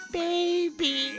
baby